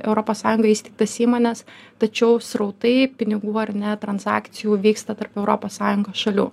europos sąjungoj įsteigtas įmones tačiau srautai pinigų ar ne transakcijų vyksta tarp europos sąjungos šalių